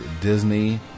Disney